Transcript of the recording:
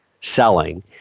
selling